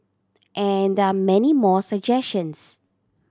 and there are many more suggestions